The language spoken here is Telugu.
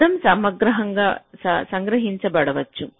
శబ్దం సంగ్రహించబడవచ్చు